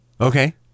okay